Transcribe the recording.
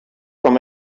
from